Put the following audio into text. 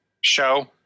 Show